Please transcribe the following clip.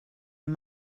and